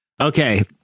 Okay